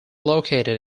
located